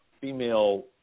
female